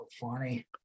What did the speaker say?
funny